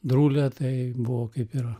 drulia tai buvo kaip ir